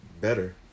better